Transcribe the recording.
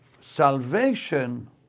salvation